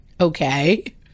Okay